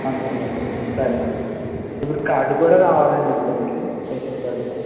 one వీక్లోనా సరే అండి ఇప్పుడు కార్డు కూడా కావాలాండి అది దానికి ఏటిఎం కార్డు కూడా